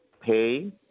pay